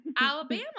Alabama